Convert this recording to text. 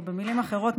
או במילים אחרות,